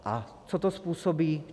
A co to způsobí?